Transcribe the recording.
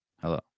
Hello